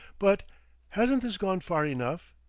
but hasn't this gone far enough?